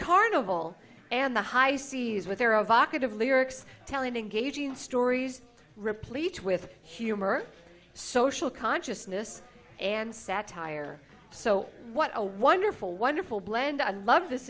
carnival and the high seas with their own vocative lyrics telling engaging stories replete with humor social consciousness and satire so what a wonderful wonderful blend i love this